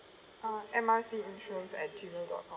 uh M R C insurance at Gmail dot com